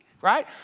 right